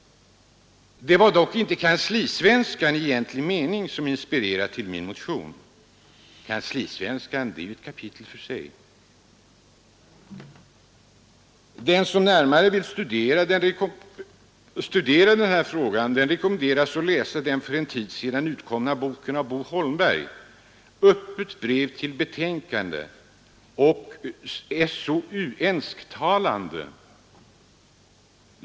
Det var dock inte kanslisvenskan i egentlig mening som inspirerade till min motion. Kanslisvenskan är ett kapitel för sig. Den som närmare vill studera den rekommenderas att läsa den för en tid sedan utkomna boken av Bo Holmberg, Öppet brev till betänkare och SOUensktalande.